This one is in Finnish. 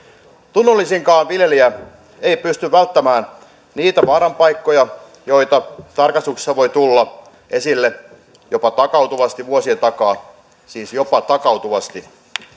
tunnollisinkaan viljelijä ei pysty välttämään niitä vaaranpaikkoja joita tarkastuksissa voi tulla esille jopa takautuvasti vuosien takaa siis jopa takautuvasti